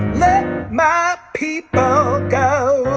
my people go